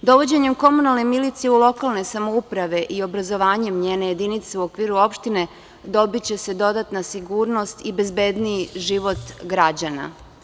Dovođenjem komunalne milicije u lokalne samouprave i obrazovanjem njene jedinice u okviru opštine, dobiće se dodatna sigurnost i bezbedniji život građana.